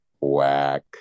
Whack